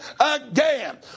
again